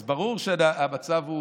אז ברור שהמצב הוא